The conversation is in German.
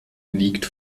liegt